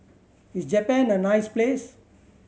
is Japan a nice place